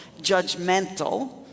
judgmental